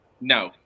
No